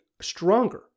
stronger